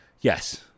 yes